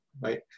right